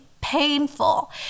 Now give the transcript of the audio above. painful